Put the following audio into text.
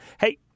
Hey